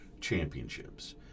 championships